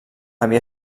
havia